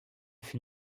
fut